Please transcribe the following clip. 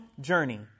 journey